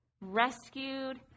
rescued